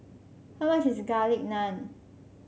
how much is Garlic Naan